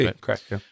correct